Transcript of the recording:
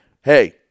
hey